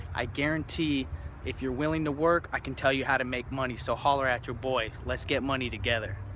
i guarantee if you're willing to work, i can tell you how to make money so holler at your boy. let's get money together.